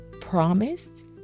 promised